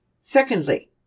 Secondly